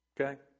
Okay